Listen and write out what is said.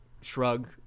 shrug